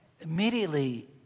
immediately